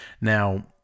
Now